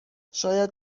شاید